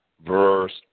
verse